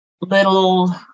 little